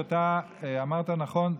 שאתה אמרת נכון,